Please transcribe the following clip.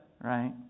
Right